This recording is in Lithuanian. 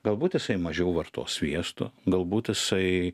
galbūt jisai mažiau vartos sviesto galbūt jisai